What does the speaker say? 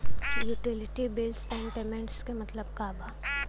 Utility bills and payments क मतलब का बा?